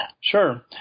Sure